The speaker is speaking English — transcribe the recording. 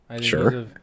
Sure